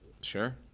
Sure